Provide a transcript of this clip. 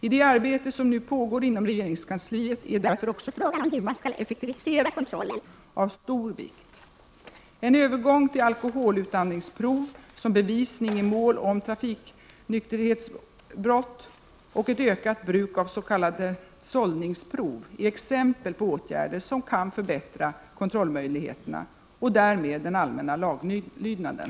I det arbete som nu pågår inom regeringskansliet är därför också frågan hur man skall effektivisera kontrollen av stor vikt. En övergång till alkoholutandningsprov som bevisning i mål om trafiknykterhetsbrott och ett ökat bruk av s.k. sållningsprov är exempel på åtgärder som kan förbättra kontrollmöjligheterna och därmed den allmänna laglydnaden.